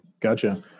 Gotcha